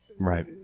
Right